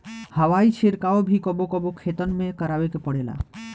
हवाई छिड़काव भी कबो कबो खेतन में करावे के पड़ेला